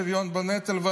והם מדברים על שוויון בנטל,